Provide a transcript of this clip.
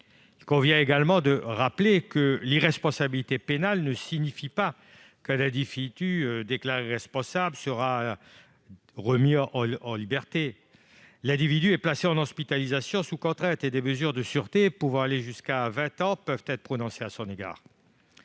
Il convient également de rappeler que l'irresponsabilité pénale ne signifie pas que l'individu déclaré irresponsable sera remis en liberté : il est placé en hospitalisation sous contrainte et des mesures de sûreté, pouvant aller jusqu'à 20 ans, peuvent être prononcées à son égard.